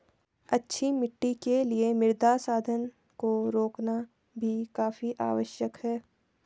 अच्छी मिट्टी के लिए मृदा संघनन को रोकना भी काफी आवश्यक है